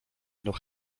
noch